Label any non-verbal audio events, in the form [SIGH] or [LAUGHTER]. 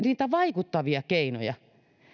[UNINTELLIGIBLE] niitä vaikuttavia keinoja